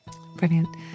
Brilliant